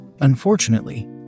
Unfortunately